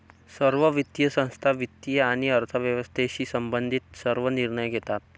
सर्व वित्तीय संस्था वित्त आणि अर्थव्यवस्थेशी संबंधित सर्व निर्णय घेतात